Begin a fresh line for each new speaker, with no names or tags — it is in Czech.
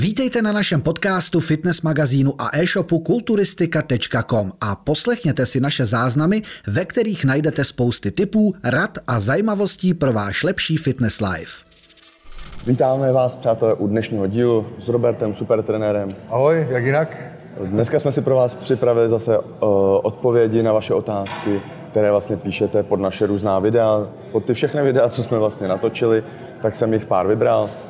Vítejte na našem podcastu, fitness magazínu a e-shopu kulturistika.com a poslechněte si naše záznamy, ve kterých najdete spousty tipů, rad a zajímavostí pro váš lepší fitness life.
Vítáme vás, přátelé, u dnešního dílu s Robertem, supertrenérem.
Ahoj, jak jinak?
Dneska jsme si pro vás připravili zase, e, odpovědi na vaše otázky, které vlastně píšete pod naše různá videa. Pod ty všechny videa, co jsme vlastně natočili, tak jsem jich pár vybral.